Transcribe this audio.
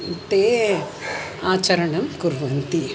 ते आचरणं कुर्वन्ति